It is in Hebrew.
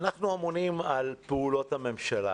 אנחנו אמונים על פעולות הממשלה.